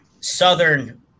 southern